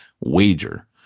Wager